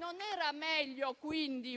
Non era meglio